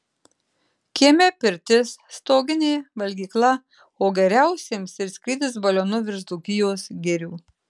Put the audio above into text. kieme pirtis stoginė valgykla o geriausiems ir skrydis balionu virš dzūkijos girių